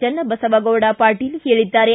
ಚನ್ನಬಸವಗೌಡ ಪಾಟೀಲ್ ತಿಳಿಸಿದ್ದಾರೆ